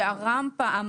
הרמפה,